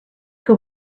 que